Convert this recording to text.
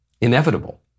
inevitable